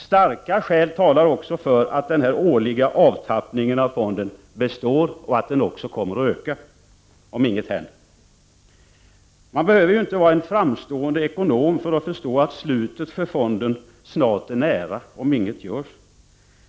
Starka skäl talar också för att den årliga avtappningen av fonden består och att den kommer att öka om inget händer. Man behöver inte vara en framstående ekonom för att förstå att slutet för fonden snart är nära, om inget görs.